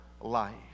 life